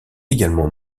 également